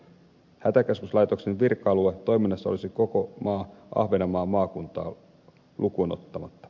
hätäkeskuslaitoksen virka alue toiminnassa olisi koko maa ahvenanmaan maakuntaa lukuun ottamatta